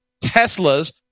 Tesla's